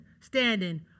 standing